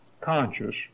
conscious